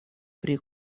pri